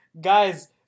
guys